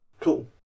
Cool